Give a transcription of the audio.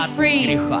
free